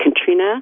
Katrina